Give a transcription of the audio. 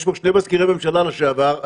יש פה שני מזכירי ממשלה לשעבר.